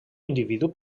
individu